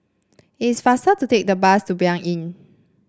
it is faster to take the bus to Blanc Inn